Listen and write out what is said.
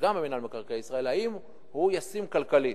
וגם מינהל מקרקעי ישראל, האם הוא ישים כלכלית,